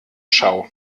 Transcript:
schau